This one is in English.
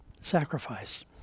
sacrifice